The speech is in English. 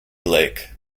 lake